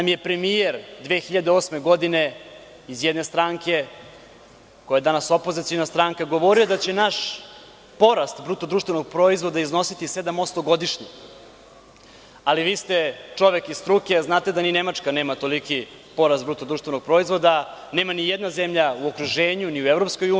Takođe, premijer nam je 2008. godine iz jedne stranke, koja je danas opoziciona stranka, govorio da će naš porast BDP iznositi 7% godišnje, ali vi ste čovek iz struke, a znate da ni Nemačka nema toliki porast BDP, nema ni jedna zemlja u okruženju, ni u EU.